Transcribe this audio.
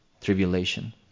tribulation